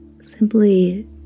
simply